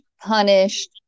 punished